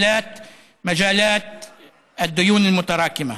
חוקים אלו נוגעים לחיי האנשים,